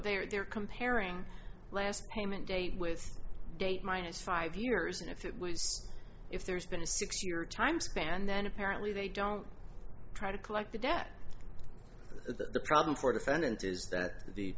they are they're comparing last payment date with date minus five years and if it was if there's been a six year time span then apparently they don't try to collect the debt the problem for defendant is that the